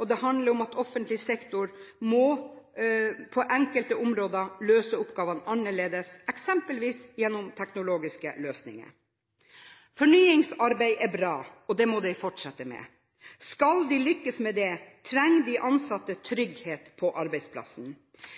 og det handler om at offentlig sektor på enkelte områder må løse oppgavene annerledes – eksempelvis gjennom teknologiske løsninger. Fornyingsarbeid er bra og det må man fortsette med. Skal man lykkes med det, trenger de ansatte trygghet på arbeidsplassen.